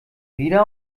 wieder